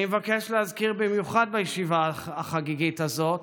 אני מבקש להזכיר במיוחד בישיבה החגיגית הזאת